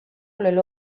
lelo